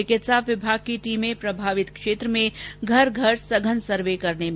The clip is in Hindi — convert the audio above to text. चिकित्सा विभाग की टीमें प्रभावित क्षेत्र में घर घर सघन सर्वे करने में जुटी है